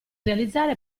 realizzare